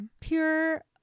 Pure